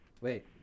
wait